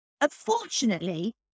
Unfortunately